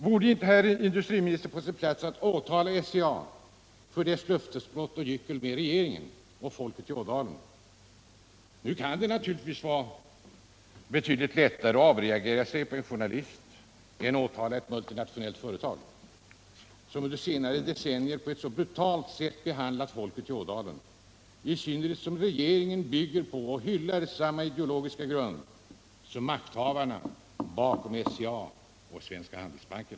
Vore det inte, herr industriminister, på sin plats att åtala SCA för dess löftesbrott och gyckel med regeringen och folket i Ådalen? Nu kan det naturligtvis vara betydligt lättare att avreagera sig på en journalist än att åtala ett multinationellt företag, som under senare decennier på ett så brutalt sätt behandlat folket i Ådalen — i synnerhet som regeringen bygger på och hyllar samma ideologiska grund som makthavarna bakom SCA och Svenska Handelsbanken.